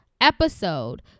episode